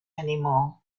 anymore